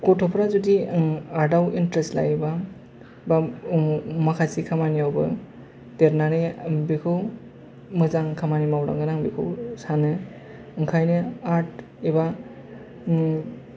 गथ'फ्रा जुदि आर्टआव इन्टरेस्ट लायोब्ला बा माखासे खामानिआवबो देरनानै बेखौ मोजां खामानि मावलांगोन आं बेखौ सानो ओंखायनो आर्ट एबा